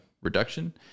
reduction